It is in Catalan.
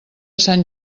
sant